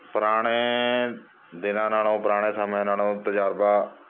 ਪੁਰਾਣੇ ਦਿਨਾਂ ਨਾਲੋਂ ਪੁਰਾਣੇ ਸਮੇਂ ਨਾਲੋਂ ਤਜ਼ਰਬਾ